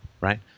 right